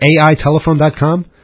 aitelephone.com